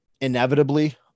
inevitably